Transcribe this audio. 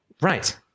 Right